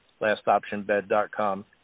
lastoptionbed.com